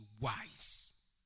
wise